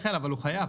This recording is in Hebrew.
מיכאל, אבל הוא חייב.